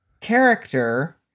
character